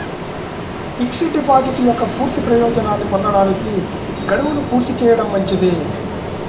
fixed deposit యొక్క పూర్తి ప్రయోజనాన్ని పొందడానికి, గడువును పూర్తి చేయడం మంచిది